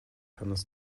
hannes